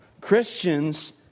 Christians